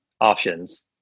options